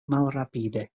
malrapide